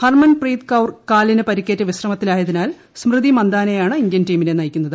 ഹർമൻ പ്രീത് കൌർ കാലിന് പരിക്കേറ്റ് വിശ്രമത്തിലായതിനാൽ സ്മൃതി മന്ദാനയാണ് ഇന്ത്യൻ ടീമിനെ നയിക്കുന്നത്